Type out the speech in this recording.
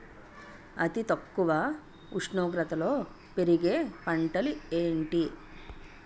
అతి తక్కువ ఉష్ణోగ్రతలో పెరిగే పంటలు ఏంటి?